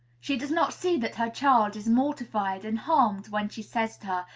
she does not see that her child is mortified and harmed when she says to her,